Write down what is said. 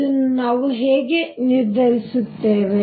ಅದನ್ನು ನಾವು ಹೇಗೆ ನಿರ್ಧರಿಸುತ್ತೇವೆ